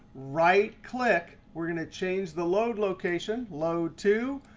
right click. we're going to change the load location. load to.